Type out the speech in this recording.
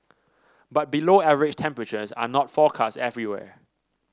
but below average temperatures are not forecast everywhere